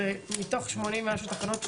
מתוך 80 ומשהו תחנות,